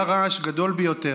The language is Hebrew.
היה רעש גדול ביותר.